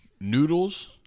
noodles